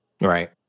Right